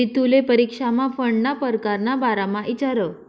रितुले परीक्षामा फंडना परकार ना बारामा इचारं